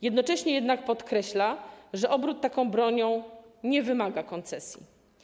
Jednocześnie jednak podkreśla się w niej, że obrót taką bronią nie wymaga koncesji.